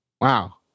Wow